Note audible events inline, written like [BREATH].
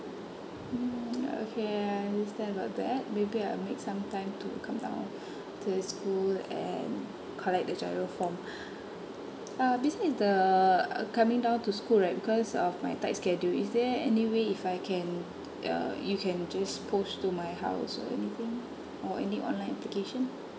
mm okay I understand about that maybe I'll make some time to come down to the school and collect the GIRO form [BREATH] uh besides the uh coming down to school right because of my tight schedule is there any way if I can uh you can just post to my house or anything or any online application